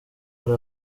hari